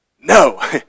No